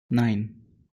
nine